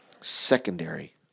secondary